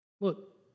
Look